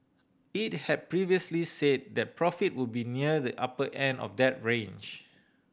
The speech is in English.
it had previously say that profit would be near the upper end of that range